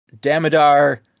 Damodar